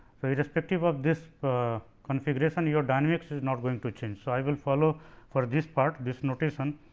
so, with respective of this configuration, your dynamics is not going to change. so, i will follow for this part this notation